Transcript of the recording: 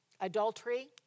adultery